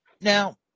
Now